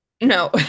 No